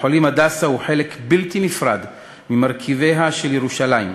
בית-חולים "הדסה" הוא חלק בלתי נפרד ממרכיביה של ירושלים.